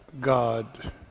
God